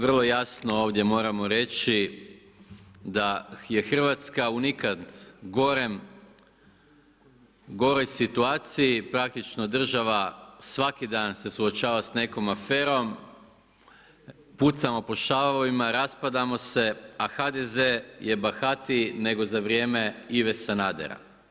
Vrlo jasno ovdje moramo reći da je Hrvatska u nikad gorem, goroj situaciji, praktično država svaki dan se suočava sa nekom aferom, pucamo po šavovima, raspadamo se a HDZ je bahatiji nego za vrijeme Ive Sanadera.